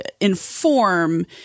inform